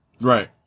Right